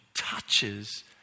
touches